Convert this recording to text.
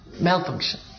malfunction